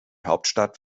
hauptstadt